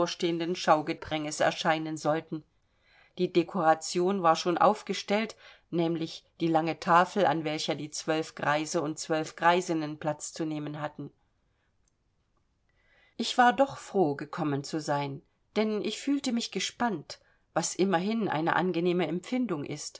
bevorstehenden schaugepränges erscheinen sollten die dekoration war schon aufgestellt nämlich die lange tafel an welcher die zwölf greise und zwölf greisinnen platz zu nehmen hatten ich war doch froh gekommen zu sein denn ich fühlte mich gespannt was immerhin eine angenehme empfindung ist